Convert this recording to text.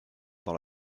dans